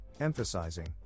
emphasizing